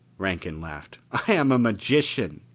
rankin laughed. i am a magician,